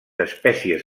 espècies